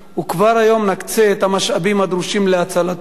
וכבר היום נקצה את המשאבים הדרושים להצלתו.